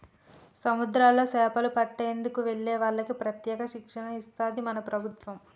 సముద్రాల్లో చేపలు పట్టేందుకు వెళ్లే వాళ్లకి ప్రత్యేక శిక్షణ ఇస్తది మన ప్రభుత్వం